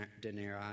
denarii